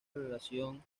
relación